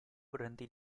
berhenti